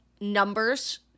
numbers